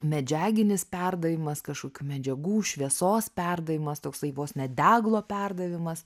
medžiaginis perdavimas kažkokių medžiagų šviesos perdavimas toksai vos ne deglo perdavimas